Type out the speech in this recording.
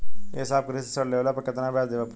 ए साहब कृषि ऋण लेहले पर कितना ब्याज देवे पणी?